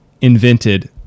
invented